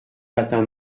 matin